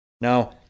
Now